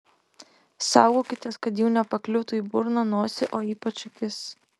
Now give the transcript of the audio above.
saugokitės kad jų nepakliūtų į burną nosį o ypač į akis